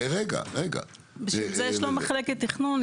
בשביל זה יש לו מחלקת תכנון,